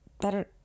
better